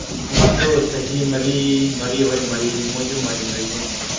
ꯑꯉꯥꯡꯗꯨ ꯆꯍꯤ ꯃꯔꯤ ꯃꯔꯤ ꯍꯣꯏ ꯃꯔꯤ ꯃꯣꯏꯗꯨꯃꯥꯏꯅ ꯃꯔꯤꯅꯤ